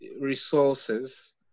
resources